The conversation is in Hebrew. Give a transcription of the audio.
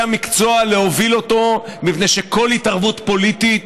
המקצוע להוביל אותו מפני שכל התערבות פוליטית